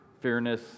fairness